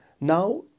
Now